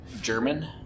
German